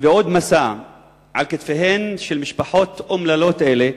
ועוד משא על כתפיהן של משפחות אומללות אלה,